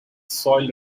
soil